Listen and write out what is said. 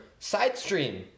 sidestream